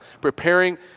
preparing